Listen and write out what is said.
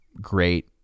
great